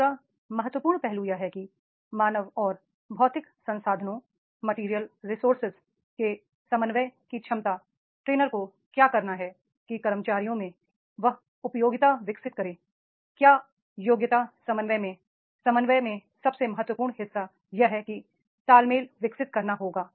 दू सरा महत्वपूर्ण पहलू यह है कि मानव और मैटेरियल रिसोर्सेस के समन्वय की क्षमता ट्रेनर को क्या करना है कि कर्मचारियों में वह योग्यता विकसित करें क्या योग्यता समन्वय में समन्वय में सबसे महत्वपूर्ण हिस्सा यह है कि तालमेल विकसित करना होगा